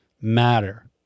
matter